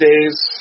days